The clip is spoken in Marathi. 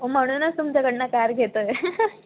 म्हणूनच तुमच्याकडून कार घेतो आहे